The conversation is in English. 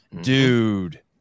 Dude